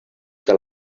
que